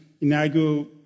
inaugural